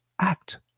act